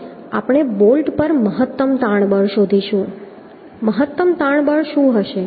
હવે આપણે બોલ્ટ પર મહત્તમ તાણ બળ શોધીશું મહત્તમ તાણ બળ શું હશે